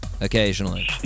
occasionally